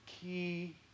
key